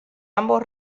ambos